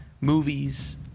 movies